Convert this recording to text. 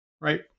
right